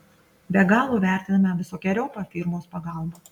be galo vertiname visokeriopą firmos pagalbą